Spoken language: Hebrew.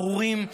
ארורים,